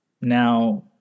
Now